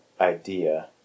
idea